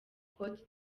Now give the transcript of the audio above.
cote